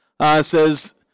says